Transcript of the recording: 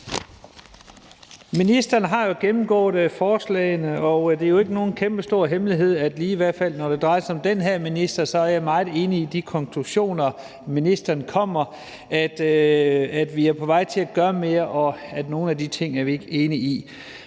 Ministeren har jo gennemgået forslaget, og det er ikke nogen kæmpestor hemmelighed, at jeg, i hvert fald når det drejer sig om den her minister, er meget enige i de konklusioner, ministeren kommer med, altså at vi er på vej til at gøre mere, og at nogle af tingene er vi ikke enige i.